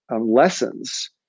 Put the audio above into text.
lessons